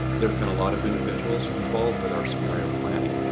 there's been a lot of individuals involved with our scenario planning.